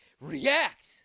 react